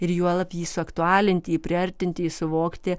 ir juolab jį suaktualinti jį priartint jį suvokti